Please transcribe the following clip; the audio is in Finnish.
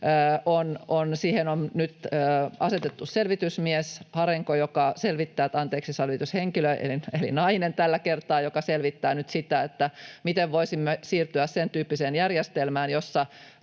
on nyt asetettu selvitysmies — anteeksi selvityshenkilö eli nainen tällä kertaa — Harenko, joka selvittää nyt sitä, miten voisimme siirtyä sentyyppiseen järjestelmään, jossa